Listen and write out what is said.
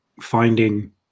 finding